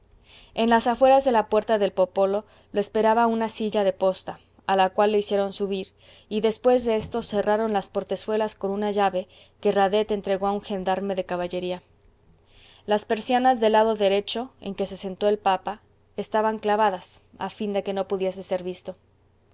en las afueras de la puerta del popolo lo esperaba una silla de posta a la cual le hicieron subir y después de esto cerraron las portezuelas con una llave que radet entregó a un gendarme de caballería las persianas del lado derecho en que se sentó el papa estaban clavadas a fin de que no pudiese ser visto